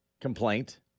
complaint